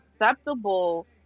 acceptable